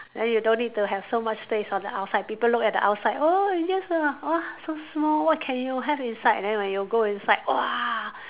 then you don't need to have so much space on the outside people look at the outside oh it's just a oh so small what can you have inside and then when you go inside !wah!